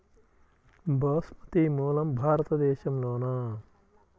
బాస్మతి మూలం భారతదేశంలోనా?